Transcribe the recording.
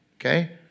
okay